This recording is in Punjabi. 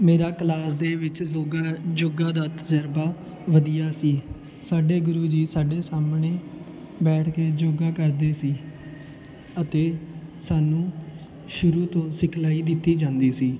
ਮੇਰਾ ਕਲਾਸ ਦੇ ਵਿੱਚ ਯੋਗਾ ਯੋਗਾ ਦਾ ਤਜਰਬਾ ਵਧੀਆ ਸੀ ਸਾਡੇ ਗੁਰੂ ਜੀ ਸਾਡੇ ਸਾਹਮਣੇ ਬੈਠ ਕੇ ਯੋਗਾ ਕਰਦੇ ਸੀ ਅਤੇ ਸਾਨੂੰ ਸ ਸ਼ੁਰੂ ਤੋਂ ਸਿਖਲਾਈ ਦਿੱਤੀ ਜਾਂਦੀ ਸੀ